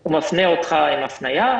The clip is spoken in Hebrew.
הוא מפנה אותך עם הפנייה.